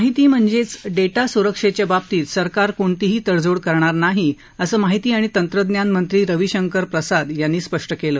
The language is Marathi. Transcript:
माहिती म्हणजेच डेटास्रक्षेच्या बाबतीत सरकार कोणतीही तडजोड करणार नाही असं माहिती आणि तंत्रज्ञान मंत्री रवीशंकर प्रसाद यांनी स्पष्ट केलं